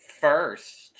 first